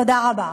תודה רבה.